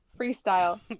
Freestyle